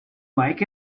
like